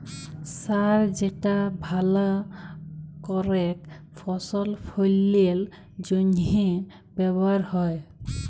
সার যেটা ভাল করেক ফসল ফললের জনহে ব্যবহার হ্যয়